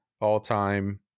all-time